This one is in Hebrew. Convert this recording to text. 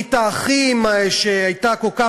ברית האחים שהייתה כל כך,